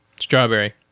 Strawberry